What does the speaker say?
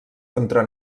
contra